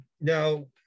Now